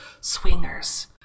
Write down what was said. swingers